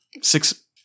six